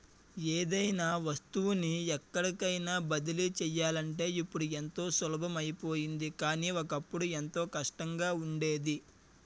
ఏదైనా వస్తువుని ఎక్కడికైన బదిలీ చెయ్యాలంటే ఇప్పుడు ఎంతో సులభం అయిపోయింది కానీ, ఒకప్పుడు ఎంతో కష్టంగా ఉండేది